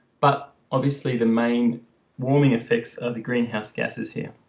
but obviously the main warming affects are the greenhouse gases here